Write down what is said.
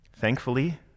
Thankfully